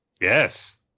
Yes